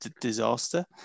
disaster